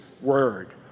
word